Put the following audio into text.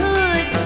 Hood